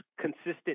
consistent